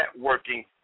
networking